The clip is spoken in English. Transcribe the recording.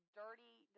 dirty